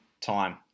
time